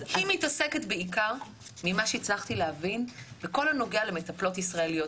היא מתעסקת בעיקר ממה שהצלחתי להבין בכל הנוגע למטפלות ישראליות,